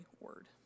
word